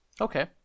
Okay